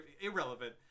irrelevant